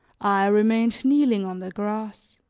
i remained kneeling on the grass.